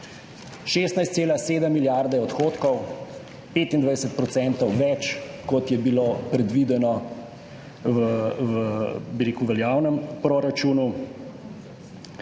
16,7 milijarde odhodkov, 25 % več, kot je bilo predvideno v veljavnem proračunu,